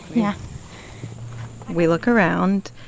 yeah we look around.